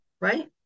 right